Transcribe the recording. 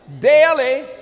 daily